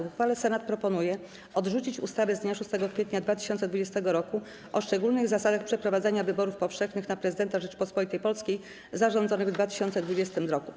W uchwale Senat proponuje odrzucić ustawę z dnia 6 kwietnia 2020 r. o szczególnych zasadach przeprowadzania wyborów powszechnych na Prezydenta Rzeczypospolitej Polskiej zarządzonych w 2020 r.